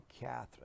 Catherine